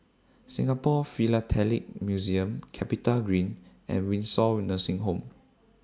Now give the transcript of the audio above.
Singapore Philatelic Museum Capitagreen and Windsor were Nursing Home